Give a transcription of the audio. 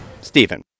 Stephen